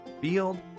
field